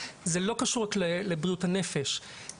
זה לא קשור רק לבריאות הנפש,